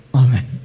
amen